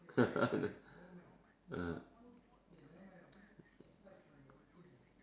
ah